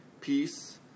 peace